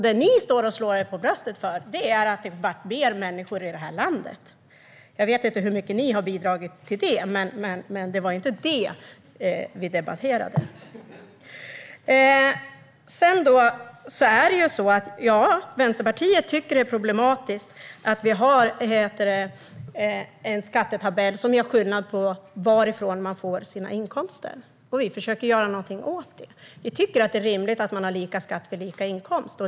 Det ni slår er på bröstet för är att det blev mer människor i det här landet. Jag vet inte hur mycket ni har bidragit till det, men det är inte detta vi debatterar. Ja, Vänsterpartiet tycker att det är problematiskt att vi har en skattetabell som gör skillnad på varifrån man får sina inkomster, och vi försöker göra något åt det. Vi tycker att det är rimligt att man har lika skatt för lika inkomst.